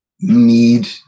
need